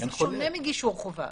בשונה מגישור חובה,